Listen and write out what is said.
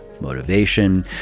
motivation